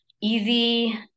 easy